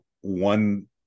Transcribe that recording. one